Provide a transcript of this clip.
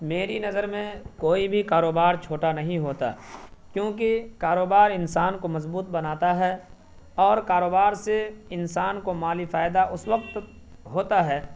میری نظر میں کوئی بھی کاروبار چھوٹا نہیں ہوتا کیونکہ کاروبار انسان کو مضبوط بناتا ہے اور کاروبار سے انسان کو مالی فائدہ اس وقت ہوتا ہے